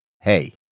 Hey